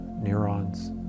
neurons